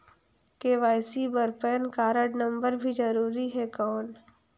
KYC बर PAN card number भी जरूरी हे कौन?